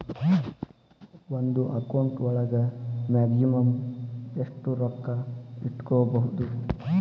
ಒಂದು ಅಕೌಂಟ್ ಒಳಗ ಮ್ಯಾಕ್ಸಿಮಮ್ ಎಷ್ಟು ರೊಕ್ಕ ಇಟ್ಕೋಬಹುದು?